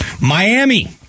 Miami